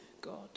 God